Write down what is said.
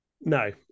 no